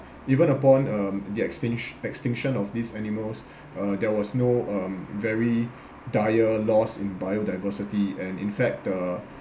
even upon um the extinct~ extinction of these animals uh there was no um very dire loss in biodiversity and in fact the